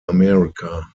america